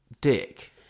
dick